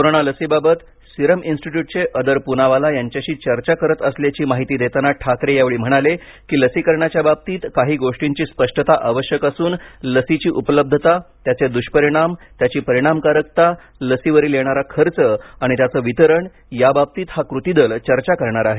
corona लसीबाबत serum इन्स्टिट्यूटचे अदर पुनावाला यांच्याशी चर्चा करत असल्याची माहिती देताना ठाकरे यावेळी म्हणाले की लसीकरणाच्या बाबतीत काही गोष्टींची स्पष्टता आवश्यक असून लसीची उपलब्धता त्याचे दृष्परिणाम त्याची परिणामकरकता लसीवरील येणारा खर्च आणि त्याचे वितरण याबाबतीत हा कृतीदल चर्चा करणार आहे